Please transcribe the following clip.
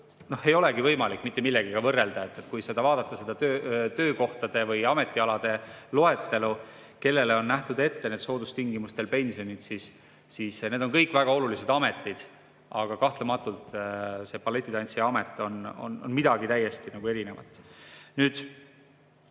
ei olegi võimalik mitte millegagi võrrelda. Kui vaadata seda töökohtade või ametialade loetelu, kellele on ette nähtud need soodustingimustel pensionid, siis need on kõik väga olulised ametid. Aga kahtlematult balletitantsija amet on midagi täiesti erinevat. See